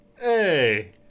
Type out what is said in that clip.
hey